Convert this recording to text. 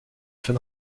fun